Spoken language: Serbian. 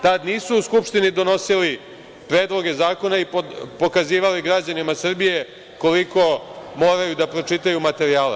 Tad nisu u Skupštini donosili predloge zakona i pokazivali građanima Srbije koliko moraju da pročitaju materijala.